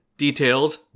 details